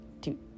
two